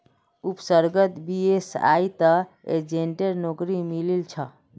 उपसर्गक बीएसईत एजेंटेर नौकरी मिलील छ